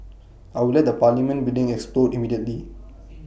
I will let the parliament building explode immediately